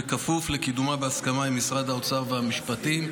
בכפוף לקידומה בהסכמה עם משרד האוצר והמשפטים.